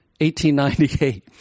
1898